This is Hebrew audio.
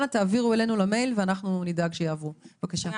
אנא תעבירו אלינו למייל ואנחנו נדאג שיעברו עליהן.